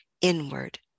inward